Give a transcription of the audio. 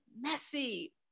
messy